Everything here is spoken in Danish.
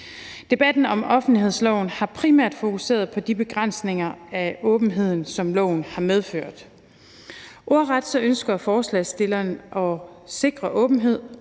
Debatten om offentlighedsloven har primært fokuseret på de begrænsninger af åbenheden, som loven har medført. Ordret ønsker forslagsstillerne at sikre åbenhed